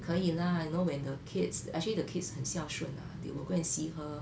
可以 lah you know when the kids actually the kids 很孝顺 lah they will go and see her